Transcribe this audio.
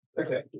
Okay